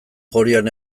gorian